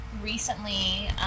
recently